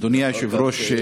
אדוני היושב-ראש,